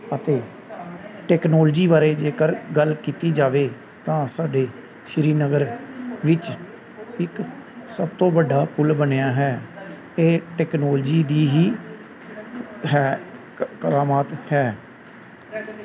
ਅਤੇ ਟੈਕਨੋਲਜੀ ਬਾਰੇ ਜੇਕਰ ਗੱਲ ਕੀਤੀ ਜਾਵੇ ਤਾਂ ਸਾਡੇ ਸ਼੍ਰੀਨਗਰ ਵਿੱਚ ਇੱਕ ਸਭ ਤੋਂ ਵੱਡਾ ਪੁਲ ਬਣਿਆ ਹੈ ਇਹ ਟੈਕਨੋਲੋਜੀ ਦੀ ਹੀ ਹੈ ਕਰਾਮਾਤ ਹੈ